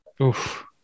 Oof